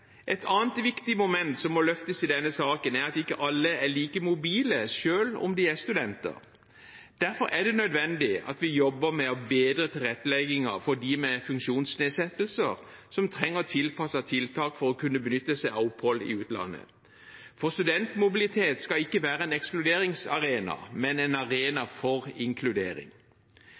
Et annet viktig moment som må løftes i denne saken, er at ikke alle er like mobile selv om de er studenter. Derfor er det nødvendig at vi jobber med å bedre tilretteleggingen for dem med funksjonsnedsettelser som trenger tilpassede tiltak for å kunne benytte seg av opphold i utlandet. Studentmobilitet skal ikke være en ekskluderingsarena, men en arena for inkludering.